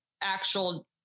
actual